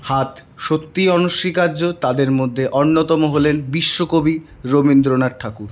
হাত সত্যিই অনস্বীকার্য তাদের মধ্যে অন্যতম হলেন বিশ্ব কবি রবীন্দ্রনাথ ঠাকুর